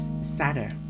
sadder